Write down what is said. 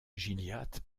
gilliatt